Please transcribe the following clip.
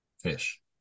fish